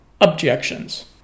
objections